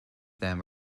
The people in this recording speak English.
them